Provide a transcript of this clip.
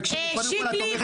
קודם כל,